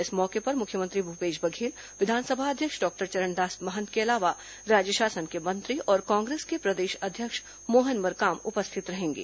इस मौके पर मुख्यमंत्री भूपेश बघेल विधानसभा अध्यक्ष डॉक्टर चरण दास महंत के अलावा राज्य शासन के मंत्री और कांग्रेस के प्रदेश अध्यक्ष मोहन मरकाम उपस्थित रहेंगे